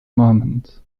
moments